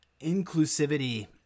inclusivity